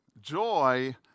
joy